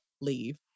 leave